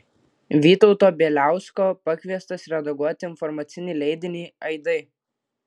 vytauto bieliausko pakviestas redaguoti informacinį leidinį aidai